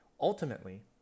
Ultimately